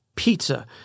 Pizza